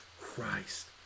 christ